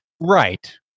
right